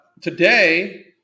today